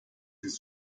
ist